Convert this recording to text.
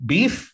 Beef